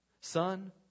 Son